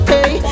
Hey